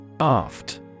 Aft